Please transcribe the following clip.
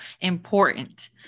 important